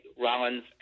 Rollins